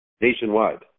nationwide